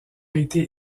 été